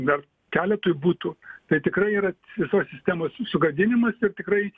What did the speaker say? dar keletui butų tai tikrai yra visos sistemos sugadinimas ir tikrai